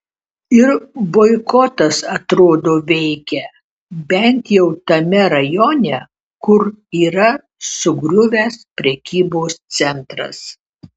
ir boikotas atrodo veikia bent jau tame rajone kur yra sugriuvęs prekybos centras